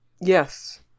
Yes